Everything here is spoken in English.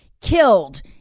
killed